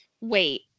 Wait